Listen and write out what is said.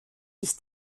ich